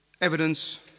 evidence